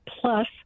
Plus